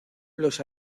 los